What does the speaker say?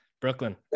brooklyn